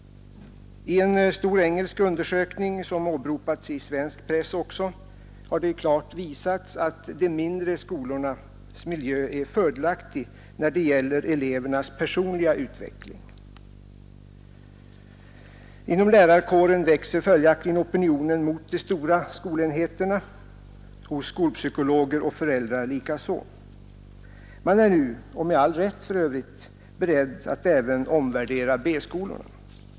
En stor engelsk undersökning, som också har åberopats i svensk press, har klart visat att den mindre skolans miljö är fördelaktig när det gäller elevernas personliga utveckling. Inom lärarkåren växer också opinionen mot de stora enheterna; hos skolpsykologer och föräldrar likaså. Man är nu, med all rätt för övrigt, beredd att även omvärdera B-skolorna.